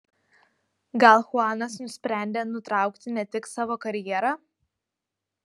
gal chuanas nusprendė nutraukti ne tik savo karjerą